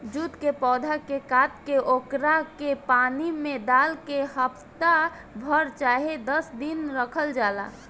jute के पौधा के काट के ओकरा के पानी में डाल के हफ्ता भर चाहे दस दिन रखल जाला